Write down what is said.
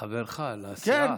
חברך לסיעה,